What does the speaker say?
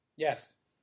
Yes